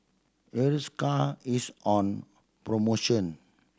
Hiruscar is on promotion